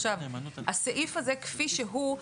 עכשיו, הסעיף הזה, כפי שהוא,